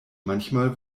manchmal